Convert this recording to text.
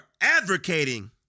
advocating